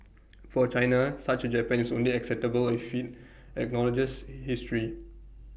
for China such Japan is only acceptable if IT acknowledges history